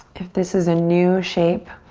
if this is a new shape,